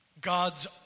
God's